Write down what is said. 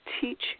teach